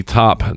top